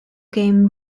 game